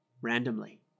randomly